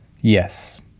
yes